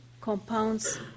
compounds